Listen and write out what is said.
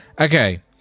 Okay